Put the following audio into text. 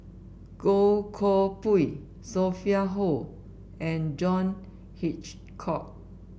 Goh Koh Pui Sophia Hull and John Hitchcock